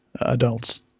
adults